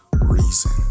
reason